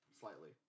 slightly